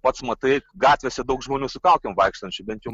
pats matai gatvėse daug žmonių su kaukėm vaikštančių bent jau